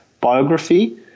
biography